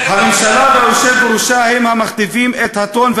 הממשלה והיושב בראשה הם המכתיבים את הטון,